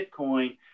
Bitcoin